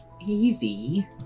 easy